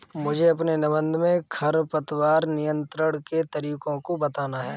मुझे अपने निबंध में खरपतवार नियंत्रण के तरीकों को बताना है